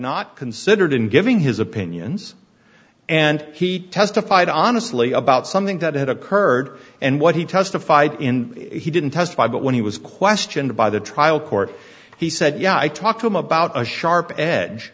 not considered in giving his opinions and he testified honestly about something that had occurred and what he testified in he didn't testify but when he was questioned by the trial court he said yeah i talked to him about a sharp edge